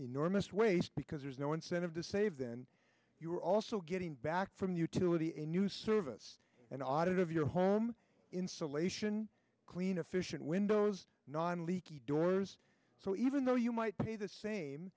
enormous waste because there's no incentive to save then you're also getting back from utility a new service an audit of your home insulation clean efficient windows non leaky doors so even though you might see the same